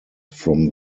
from